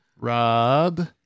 Rob